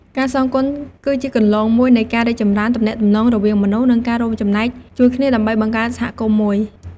ការសងគុណគឺជាគន្លងមួយនៃការរីកចម្រើនទំនាក់ទំនងរវាងមនុស្ស និងការរួមចំណែកជួយគ្នាដើម្បីបង្កើតសហគមន៍មួយ។